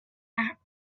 act